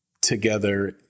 together